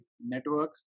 network